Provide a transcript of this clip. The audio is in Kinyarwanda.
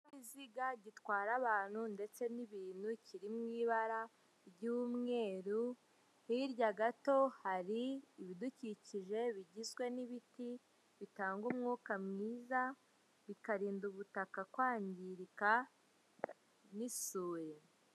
Ikinyabiziga gitwara abantu ndetse n'ibintu kiri mu ibara ry'umweru. Hirya gato hari ibidukikije bigizwe n'ibiti bitanga umwuka mwiza, bikarinda ubutaka kwangirika n'isuri.